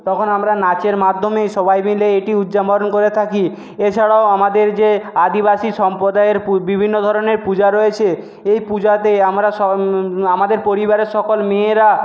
তখন আমরা নাচের মাধ্যমেই সবাই মিলে এটি উদযাপন করে থাকি এছাড়াও আমাদের যে আদিবাসী সম্প্রদায়ের বিভিন্ন ধরনের পূজা রয়েছে এই পূজাতে আমরা আমাদের পরিবারের সকল মেয়েরা